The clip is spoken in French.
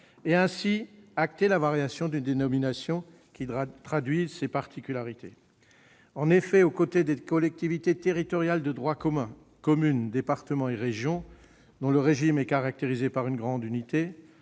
ainsi acté la variation d'une dénomination qui traduit ses particularités. En effet, aux côtés des collectivités territoriales de droit commun- communes, départements et régions -, dont le régime est caractérisé par une grande unité,